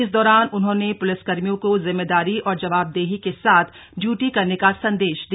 इस दौरान उन्होंने पुलिसकर्मियों को जिम्मेदारी और जवाबदेही के साथ ड्यूटी करने का संदेश दिया